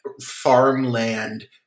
farmland